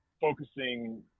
focusing